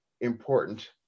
important